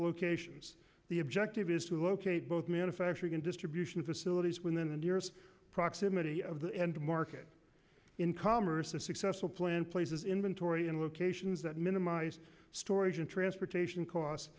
locations the objective is to locate both manufacturing and distribution facilities within the nearest proximity of the end market in commerce a successful plan places inventory in locations that minimize storage and transportation costs